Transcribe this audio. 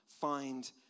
find